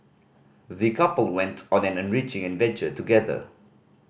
the couple went on an enriching adventure together